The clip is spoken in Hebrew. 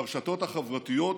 ברשתות החברתיות,